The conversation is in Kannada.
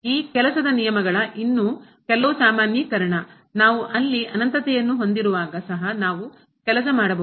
ಈ ಕೆಲಸದ ನಿಯಮಗಳ ಇನ್ನೂ ಕೆಲವು ಸಾಮಾನ್ಯೀಕರಣ ನಾವು ಅಲ್ಲಿ ಅನಂತತೆಯನ್ನು ಹೊಂದಿರುವಾಗ ಸಹ ನಾವು ಕೆಲಸ ಮಾಡಬಹುದು